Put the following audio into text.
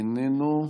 איננו,